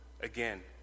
again